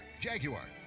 Jaguar